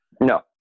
No